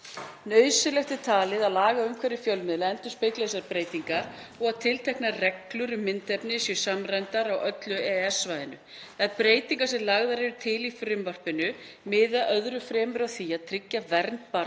Nauðsynlegt er talið að lagaumhverfi fjölmiðla endurspegli þessar breytingar og að tilteknar reglur um myndefni séu samræmdar á öllu EES-svæðinu. Þær breytingar sem lagðar eru til í frumvarpinu miða öðru fremur að því að tryggja vernd barna